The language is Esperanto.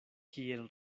kiel